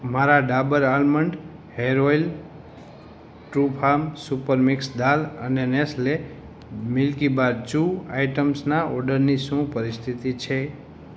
મારા Dabur almond hair oil Trufarm super mix દાળ અને નેસ્લે મિલ્કીબાર ચ્યુ આઇટમ્સનાં ઑર્ડરની શું પરિસ્થિતિ છે